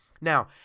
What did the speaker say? Now